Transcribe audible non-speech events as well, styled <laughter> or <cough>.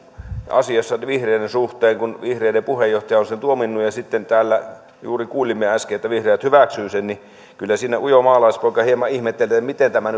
asiasta vihreiden suhteen vihreiden puheenjohtaja on sen tuominnut ja sitten täällä juuri äsken kuulimme että vihreät hyväksyvät sen kyllä siinä ujo maalaispoika hieman ihmettelee miten tämä <unintelligible>